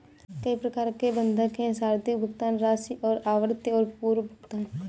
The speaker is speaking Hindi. कई प्रकार के बंधक हैं, सावधि, भुगतान राशि और आवृत्ति और पूर्व भुगतान